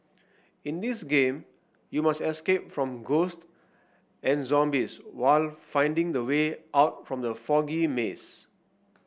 in this game you must escape from ghost and zombies while finding the way out from the foggy maze